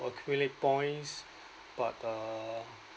accumulate points but uh